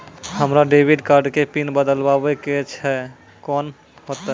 हमरा debit card के pin बदलबावै के छैं से कौन होतै?